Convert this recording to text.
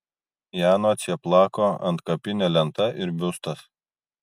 jano cieplako antkapinė lenta ir biustas